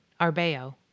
Arbeo